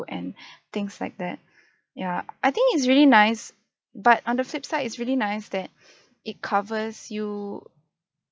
and things like that ya I think it's really nice but on the flip side it's really nice that it covers you